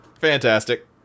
Fantastic